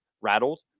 rattled